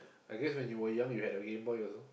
I guess when you were young you had your GameBoy also